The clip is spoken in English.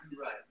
right